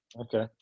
Okay